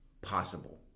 possible